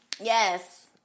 Yes